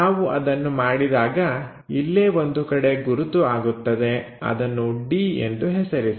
ನಾವು ಅದನ್ನು ಮಾಡಿದಾಗ ಇಲ್ಲೇ ಒಂದು ಕಡೆ ಗುರುತು ಆಗುತ್ತದೆ ಅದನ್ನು d ಎಂದು ಹೆಸರಿಸಿ